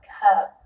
cup